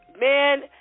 Man